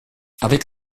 avec